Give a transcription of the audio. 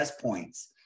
points